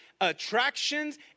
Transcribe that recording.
attractions